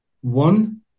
one